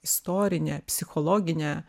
istorinė psichologinė